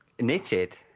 Knitted